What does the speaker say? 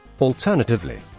alternatively